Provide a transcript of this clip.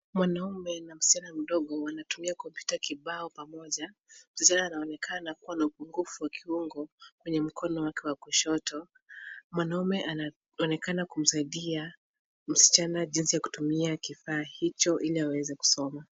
Mwanaume na msichana mdogo wanatumia kompyuta kibao pamoja. Msichana anaonekana kuwa na upungufu wa kiungo kwenye mkono wake wa kushoto. Mwanaume anaonekana kumsaidia msichana jinsi ya kutumia kifaa hicho ili aweze kusoma.